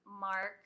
mark